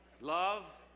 love